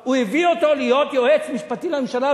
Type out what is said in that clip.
הוא הביא אותו להיות יועץ משפטי לממשלה,